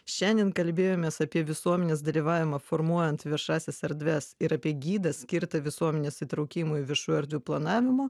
šiandien kalbėjomės apie visuomenės dalyvavimą formuojant viešąsias erdves ir apie gidą skirta visuomenės įtraukimui viešų erdvių planavimo